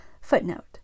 Footnote